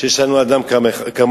שיש לנו אדם כמוך,